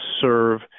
serve